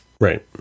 Right